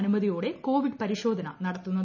അനുമതിയോടെ കോവിഡ് പരിശോധന നടത്തുന്നത്